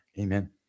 Amen